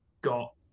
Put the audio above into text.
got